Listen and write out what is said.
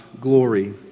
glory